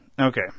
Okay